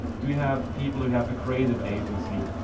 do we have people who have a creative agency?